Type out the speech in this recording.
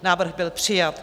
Návrh byl přijat.